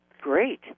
Great